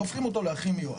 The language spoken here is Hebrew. והופכים אותו להכי מיואש.